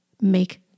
make